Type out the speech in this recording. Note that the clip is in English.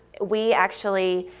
we actually,